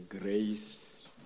Grace